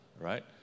right